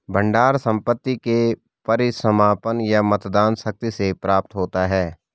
भंडार संपत्ति के परिसमापन या मतदान शक्ति से प्राप्त होता है